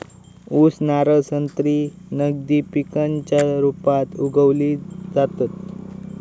ऊस, नारळ, संत्री नगदी पिकांच्या रुपात उगवली जातत